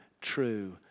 true